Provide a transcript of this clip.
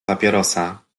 papierosa